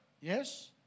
Yes